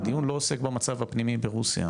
הדיון לא עוסק במצב הפנימי ברוסיה,